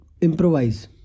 Improvise